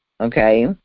okay